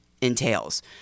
entails